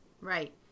Right